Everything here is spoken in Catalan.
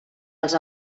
els